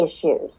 issues